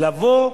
לבוא,